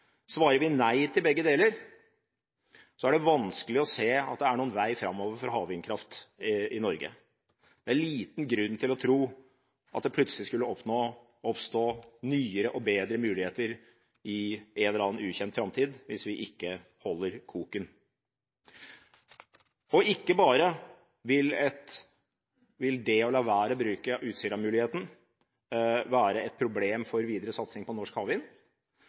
Svarer vi nei til begge deler, er det vanskelig å se at det er noen vei framover for havvindkraft i Norge. Det er liten grunn til å tro at det plutselig skulle oppstå nyere og bedre muligheter i en eller annen ukjent framtid hvis vi ikke holder koken. Ikke bare vil det å la være å bruke Utsira-muligheten være et problem for videre satsing på norsk havvind,